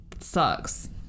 Sucks